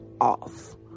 off